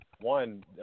One